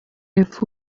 y’epfo